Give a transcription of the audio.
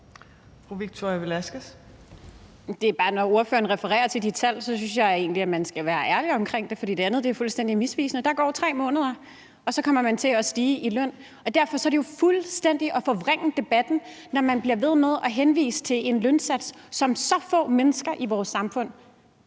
Når ordføreren refererer til de tal, synes jeg egentlig at man skal være ærlig omkring det, fordi det andet er fuldstændig misvisende. Der går 3 måneder, og så kommer man til at stige i løn, og derfor er det jo fuldstændig at forvrænge debatten, når man bliver ved med at henvise til en lønsats, som så få mennesker i vores samfund